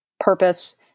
purpose